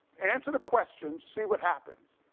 answer the questions, see what happens.